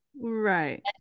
Right